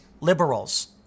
liberals